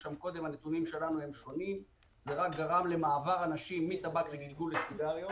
הזה רק גרם למעבר אנשים מטבק לסיגריות,